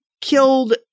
killed